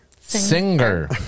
Singer